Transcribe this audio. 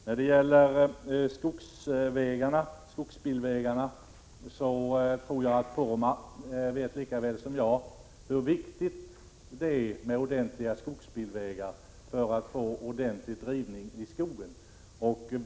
Jag tror att Bruno Poromaaa vet lika väl som jag hur viktigt det är med ordentliga skogsbilvägar för att få ordentlig drivning i skogen.